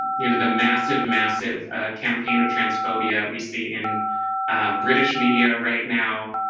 you know the massive massive campaign of transphobia. we see in british media right now